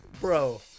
Bro